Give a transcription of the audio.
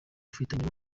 ufitanye